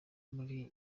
muri